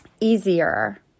easier